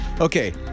Okay